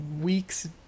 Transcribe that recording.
weeks